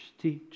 teach